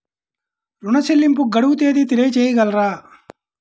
ఋణ చెల్లింపుకు గడువు తేదీ తెలియచేయగలరా?